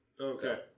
okay